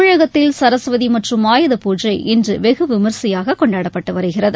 தமிழகத்தில் சரஸ்வதி மற்றும் ஆயுதபூஜை இன்று வெகு விமர்சையாக கொண்டாடப்பட்டு வருகிறது